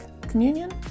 communion